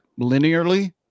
linearly